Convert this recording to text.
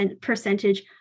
percentage